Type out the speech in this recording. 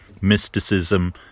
mysticism